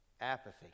Apathy